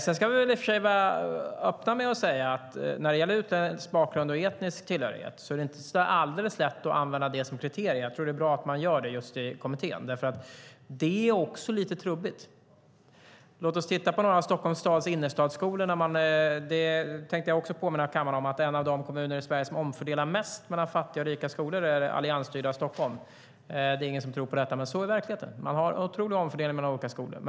När det gäller utländsk bakgrund och etnisk tillhörighet ska vi i och för sig vara öppna och säga att det inte är alldeles lätt att använda det som kriterium. Jag tror att det är bra att man gör det just i kommittén, men det är också lite trubbigt. Låt oss titta på några av Stockholms stads innerstadsskolor! Det tänkte jag också påminna kammaren om: En av de kommuner som omfördelar mest mellan fattiga och rika skolor är det alliansstyrda Stockholm. Det är ingen som tror på detta, men så är verkligheten - man har en otrolig omfördelning mellan olika skolor.